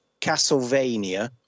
Castlevania